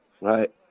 Right